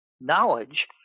knowledge